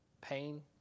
Pain